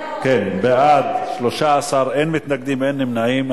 בעד, 13, אין מתנגדים ואין נמנעים.